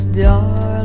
darling